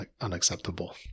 unacceptable